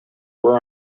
were